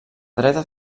dreta